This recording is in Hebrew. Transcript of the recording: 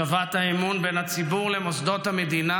השבת האמון בין הציבור למוסדות המדינה